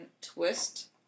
twist